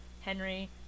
Henry